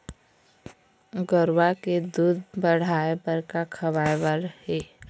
गरवा के दूध बढ़ाये बर का खवाए बर हे?